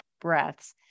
breaths